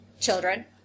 children